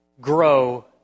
grow